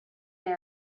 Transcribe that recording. they